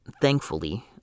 thankfully